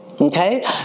Okay